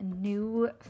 new